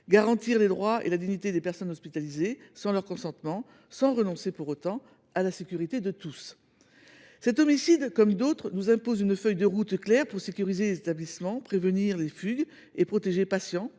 garantir les droits et la dignité des personnes hospitalisées sans leur consentement, tout en ne renonçant pas à la sécurité de tous. Cet homicide, comme d’autres, nous impose une feuille de route claire pour sécuriser les établissements, prévenir les fugues et protéger patients,